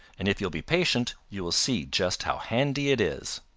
and if you'll be patient you will see just how handy it is.